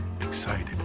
excited